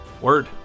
Word